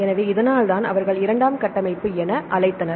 எனவே இதனால்தான் அவர்கள் இரண்டாம் கட்டமைப்பை என அழைத்தனர்